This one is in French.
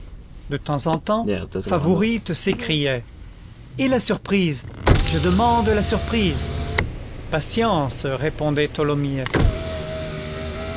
de temps en temps favourite s'écriait et la surprise je demande la surprise patience répondait